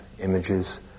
images